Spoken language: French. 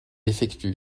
effectue